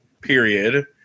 period